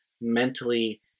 mentally